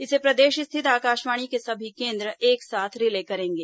इसे प्रदेश स्थित आकाशवाणी के सभी केंद्र एक साथ रिले करेंगे